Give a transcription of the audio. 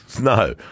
no